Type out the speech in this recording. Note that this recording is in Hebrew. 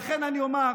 לכן אני אומר,